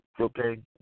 okay